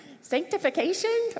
Sanctification